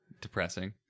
Depressing